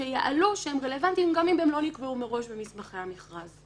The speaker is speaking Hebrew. שיהיו רלוונטיים גם אם הם לא נקבעו מראש במסמכי המכרז.